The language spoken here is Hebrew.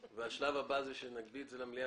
השלב הבא הוא שנביא את זה למליאה,